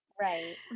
right